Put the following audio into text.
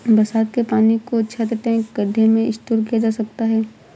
बरसात के पानी को छत, टैंक, गढ्ढे में स्टोर किया जा सकता है